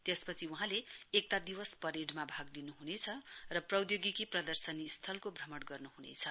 त्यसपछि वहाँ एकता दिवस परेडमा भाग लिनुहुनेछ र प्रौधोगिकी प्रदर्शनी स्थलको भ्रमण गर्नुहुनेछ